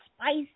spice